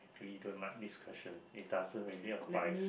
we don't like this question it doesn't really applies